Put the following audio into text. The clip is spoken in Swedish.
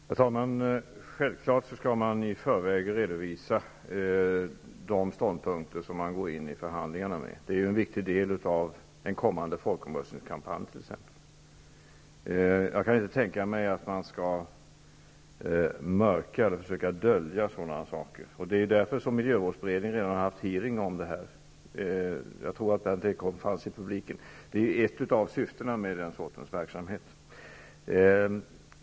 Herr talman! Självfallet skall man i förväg redovisa de ståndpunkter som man går in i förhandlingarna med. Det är t.ex. en viktig del av den kommande folkomröstningskampanjen. Jag kan inte tänka mig att man skall försöka dölja sådana saker. Det är också därför som miljövårdsberedningen redan har haft en hearing om detta. Jag tror att Berndt Ekholm fanns med där bland publiken. Detta är ett av syftena med den sortens verksamhet.